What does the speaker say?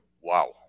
wow